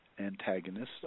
antagonists